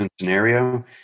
scenario